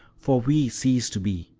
for we cease to be,